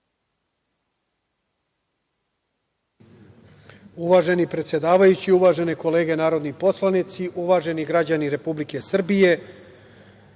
Uvaženi predsedavajući, uvažene kolege narodni poslanici, uvaženi građani Republike Srbije,